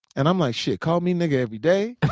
and i'm like, shit, call me nigger every day.